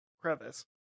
crevice